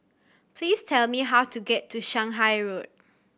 please tell me how to get to Shanghai Road